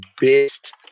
best